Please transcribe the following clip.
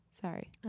Sorry